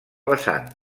vessant